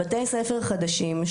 יש בתי ספר חדשים,